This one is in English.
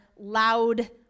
loud